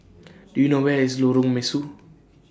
Do YOU know Where IS Lorong Mesu